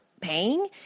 paying